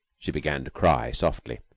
she began to cry softly.